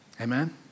Amen